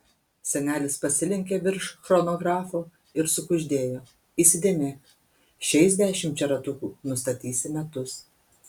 senelis pasilenkė virš chronografo ir sukuždėjo įsidėmėk šiais dešimčia ratukų nustatysi metus